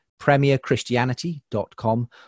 premierchristianity.com